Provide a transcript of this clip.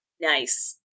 nice